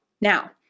Now